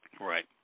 Right